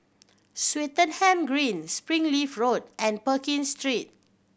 Swettenham Green Springleaf Road and Pekin Street